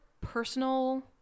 personal